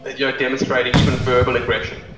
yeah demonstrating even verbal aggression,